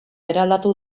eraldatu